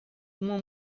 uma